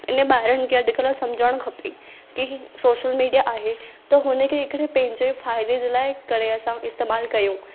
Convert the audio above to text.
इन्हनि ॿारनि खे अॼुकल्ह सम्झणु खपे की सोशल मीडिया आहे त हुनखे हिकिड़े पंहिंजे फ़ाइदे जे लाइ करे असां इस्तेमालु कयूं